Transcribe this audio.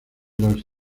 los